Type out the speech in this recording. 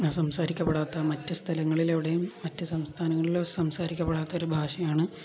സംസാരിക്കപ്പെടാത്ത മറ്റു സ്ഥലങ്ങളിലെവിടെയും മറ്റു സംസ്ഥാനങ്ങളില് സംസാരിക്കപ്പെടാത്ത ഒരു ഭാഷയാണ്